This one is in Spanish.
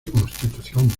constitución